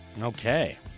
Okay